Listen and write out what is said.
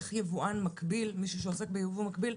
איך יבואן מקביל, מי שעוסק בייבוא מקביל,